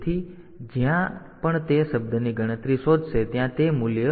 તેથી જ્યાં પણ તે શબ્દની ગણતરી શોધશે ત્યાં તે મૂલ્ય 30 દ્વારા બદલાશે